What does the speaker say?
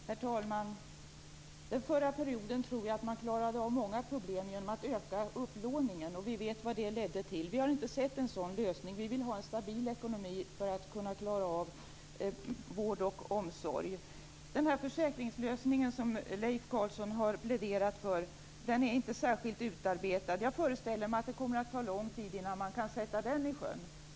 Herr talman! Under förra perioden tror jag att man klarade av många problem genom att öka upplåningen. Vi vet vad det ledde till. Vi har inte sett det som en lösning. Vi vill ha en stabil ekonomi för att kunna klara av vård och omsorg. Den försäkringslösning som Leif Carlson har pläderat för är inte särskilt utarbetad. Jag föreställer mig att det kommer att ta lång tid innan man kan sätta den i sjön.